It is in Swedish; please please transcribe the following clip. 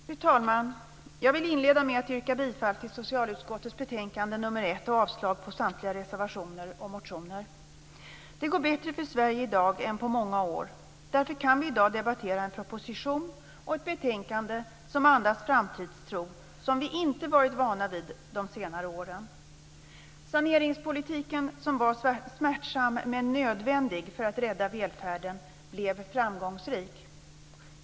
Fru talman! Jag vill inleda med att yrka bifall till utskottets hemställan i socialutskottets betänkande nr 1 och avslag på samtliga reservationer och motioner. Det går bättre för Sverige i dag än på många år. Därför kan vi i dag debattera en proposition och ett betänkande som andas en framtidstro som vi inte har varit vana vid på senare år. Saneringspolitiken, som var smärtsam men nödvändig för att rädda välfärden, blev framgångsrik.